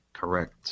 Correct